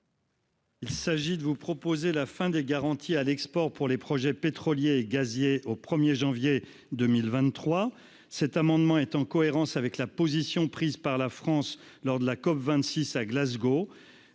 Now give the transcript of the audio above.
Je propose de mettre fin aux garanties à l'export pour les projets pétroliers et gaziers le 1janvier 2023. Cet amendement est cohérent avec la position prise par la France lors de la COP26 à Glasgow.